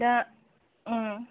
दा